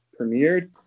premiered